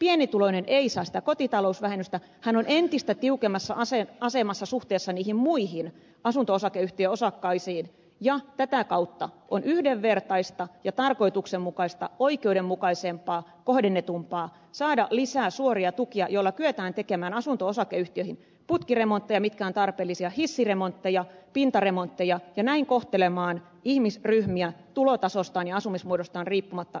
pienituloinen ei saa sitä kotitalousvähennystä ja hän on entistä tiukemmassa asemassa suhteessa niihin muihin asunto osakeyhtiön osakkaisiin ja tätä kautta on yhdenvertaista ja tarkoituksenmukaista oikeudenmukaisempaa kohdennetumpaa saada lisää suoria tukia joilla kyetään tekemään asunto osakeyhtiöihin putkiremontteja mitkä ovat tarpeellisia hissiremontteja pintaremontteja ja näin kohtelemaan ihmisryhmiä tulotasostaan ja asumismuodostaan riippumatta yhdenvertaisesti